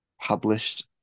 published